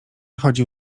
chodził